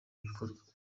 bikorwa